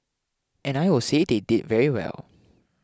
and I will say they did very well